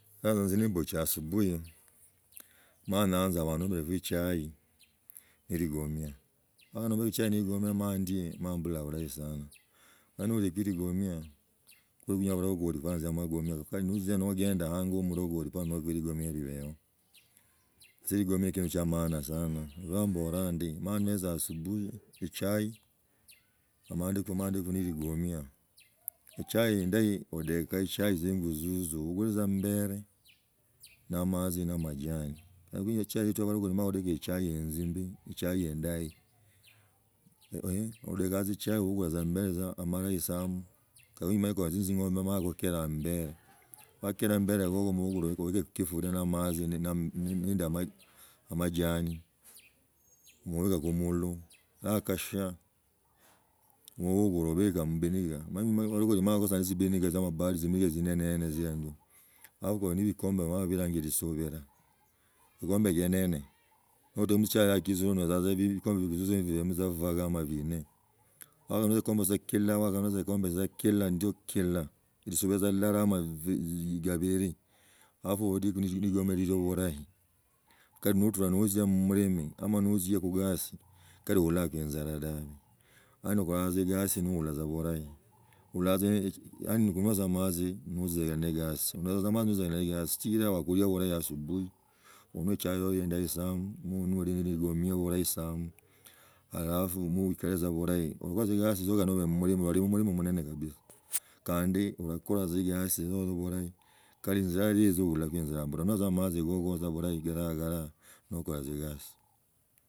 Ise ningutzie asubuhi mala nanza banombaleku echai neligomia. Banombela echai ne ligomia ma ndie emala embula bulahi sana yaani nolieku ligomia sichirabalogoli bayanza magomia kandi notzi za nogenda ango ha mulogoli mpaka onyala ligomia libihi nzi ligomia na shindu sia maana sana lwa mbolaa ndii mala meza asubuhi echai mandieku ne ligomia echai endahi odeka chai shingo zuzu. Obugule za ambara na amatzi na amajani. Ndakunywa enchain yetu ya balogoli omanyi bamala badeka echai yenzi ndi echai endahi. Odeka echai obugula tza ambele amalohi samu kali komanyi kuli ne tzing’ombe ha gumala kukelamo ambere. Bakera ambere goko mobeka mu kifuria na amatsi nende amajani moega kumulo yakashia moobukula obika mubinika omanyi kuali kulimako tza na tshibinika chia amabati tzinenene tzila ndio halafu kuli ne bikombe ba nbila babilanga lisubila. Gekombe genene notamu echahi yakaezula onyechanga tza vikamba bia bibemo tza vibaya nomba binne wakamala tsa kikomba tsa kilala kila ndiyo kila ndiyo lizugaa tsa llala ama gabili halafu odeko na shindu shishio bulahi kali notura notsia mubulimi notzie kugosi kali ohulako inzala dabe yani okola tza egasi nokula tsa bulahi ohula tza yaani khunywa tsa amatzi nozililaa negosi chikiraa wakuria burahi asubuhi onywe echai hiyo endahi sana ma olile ligomia bulahi sana halafu oikali tsa bulahi. Oli mulima munene kabisa kandi, arakula tsa egasi yoyo burahi kali so ulakho inzala ta omala onywetzako omatzi kako galagalaa nokola tza egasi.